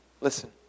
Listen